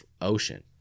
ocean